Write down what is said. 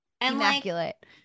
immaculate